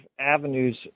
avenues